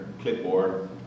clipboard